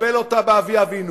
נקבל אותה באבי-אבינו.